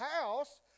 house